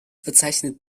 bezeichnet